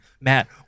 Matt